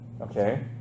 Okay